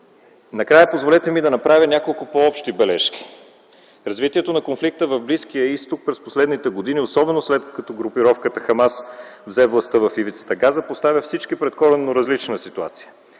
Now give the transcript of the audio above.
Накрая позволете ми да направя няколко по-общи бележки. Развитието на конфликта в Близкия Изток през последните години, особено след като групировката „Хамас” взе властта в ивицата Газа, поставя всички пред коренно различна ситуация.